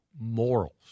morals